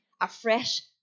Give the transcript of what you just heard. afresh